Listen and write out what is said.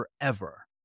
forever